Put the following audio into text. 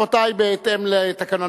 רבותי, אדוני השר, חברי הכנסת,